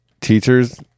teachers